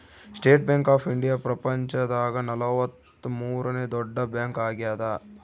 state Bank of India ಪ್ರಪಂಚ ದಾಗ ನಲವತ್ತ ಮೂರನೆ ದೊಡ್ಡ ಬ್ಯಾಂಕ್ ಆಗ್ಯಾದ